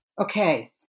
Okay